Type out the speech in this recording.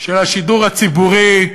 של השידור הציבורי,